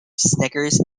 snickers